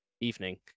evening